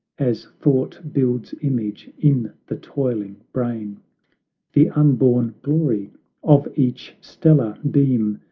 as thought builds image in the toiling brain the unborn glory of each stellar beam,